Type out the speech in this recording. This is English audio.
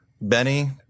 Benny